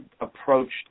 approached